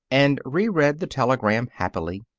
and reread the telegram happily.